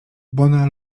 bona